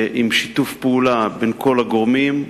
עם שיתוף פעולה בין כל הגורמים,